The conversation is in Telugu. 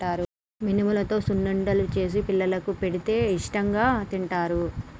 మినుములతో సున్నుండలు చేసి పిల్లలకు పెడితే ఇష్టాంగా తింటారు